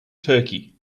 turkey